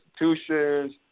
institutions